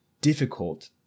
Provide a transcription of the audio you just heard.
difficult